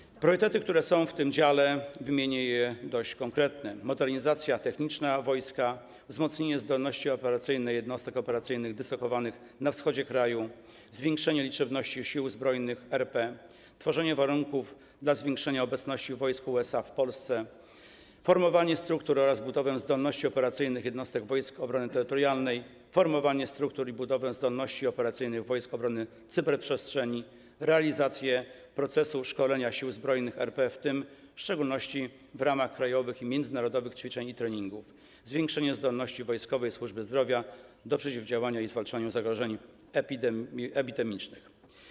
Wymienię priorytety, jakie zostały określone w tym dziale, które są dość konkretne: modernizacja techniczna wojska, wzmocnienie zdolności operacyjnej jednostek operacyjnych dyslokowanych na wschodzie kraju, zwiększenie liczebności Sił Zbrojnych RP, tworzenie warunków dla zwiększenia obecności wojsk USA w Polsce, formowanie struktur oraz budowę zdolności operacyjnych jednostek Wojsk Obrony Terytorialnej, formowanie struktur i budowę zdolności operacyjnych Wojsk Obrony Cyberprzestrzeni, realizację procesu szkolenia sił zbrojnych RP, w tym szczególności w ramach krajowych i międzynarodowych ćwiczeń i treningów, zwiększenie zdolności Wojskowej Służby Zdrowia do przeciwdziałania i zwalczania zagrożeń epidemicznych.